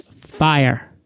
fire